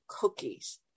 cookies